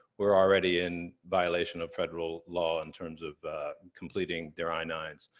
we're already in violation of federal law in terms of completing their i nine s.